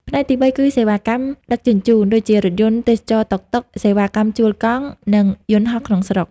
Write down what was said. ផ្នែកទីបីគឺសេវាកម្មការដឹកជញ្ជូន ដូចជារថយន្តទេសចរណ៍ តុកតុក សេវាកម្មជួលកង់ និងយន្តហោះក្នុងស្រុក។